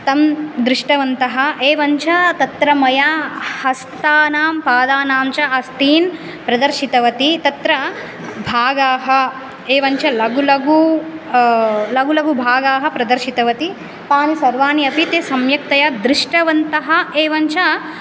तं दृष्टवन्तः एवं च तत्र मया हस्तानां पादानाञ्च अस्तीन् प्रदर्शितवती तत्र भागाः एवं च लगु लगु लगु लगु भागाः प्रदर्शितवती तानि सर्वानि अपि ते सम्यक्तया दृष्टवन्तः एवं च